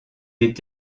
est